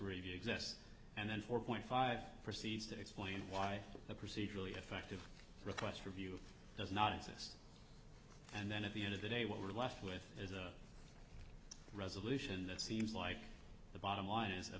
review exists and then four point five proceed to explain why the procedurally effective request review of does not exist and then at the end of the day what we're left with is a resolution that seems like the bottom line is a